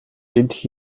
идэх